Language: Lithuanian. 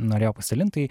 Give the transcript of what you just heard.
norėjau pasidalint tai